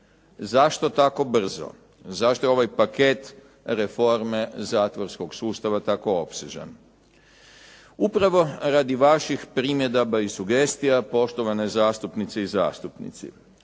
Zašto tako brzo? Zašto je ovaj paket reforme zatvorskog sustava tako opsežan? Upravo radi vaših primjedaba i sugestija, poštovane zastupnice i zastupnici.